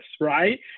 right